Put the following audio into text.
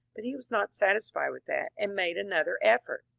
but he was not satisfied with that, and made another effort.